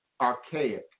archaic